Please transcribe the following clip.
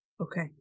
Okay